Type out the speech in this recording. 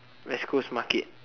west coast market